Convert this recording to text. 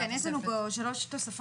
כן, יש לנו פה שלוש תוספות.